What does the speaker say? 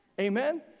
Amen